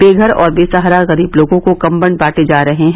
बेघर और बेसहारा गरीब लोगों को कम्बल बांटे जा रहे हैं